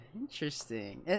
Interesting